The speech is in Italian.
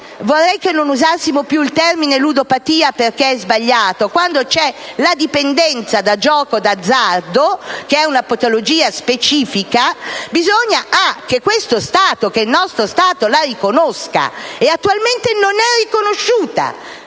Vorrei che non usassimo più il termine ludopatia perché è sbagliato. Quando c'è la dipendenza da gioco d'azzardo, che è una patologia specifica, bisogna che il nostro Stato la riconosca, e attualmente non è così,